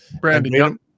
Brandon